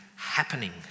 happening